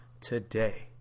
today